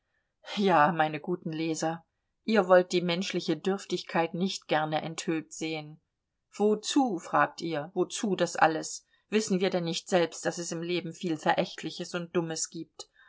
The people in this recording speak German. ja meine guten leser ihr wollt die menschliche dürftigkeit nicht gerne enthüllt sehen wozu fragt ihr wozu das alles wissen wir denn nicht selbst daß es im leben viel verächtliches und dummes gibt